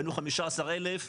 היינו 15,000,